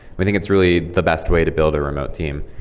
we think it's really the best way to build a remote team.